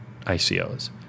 ICOs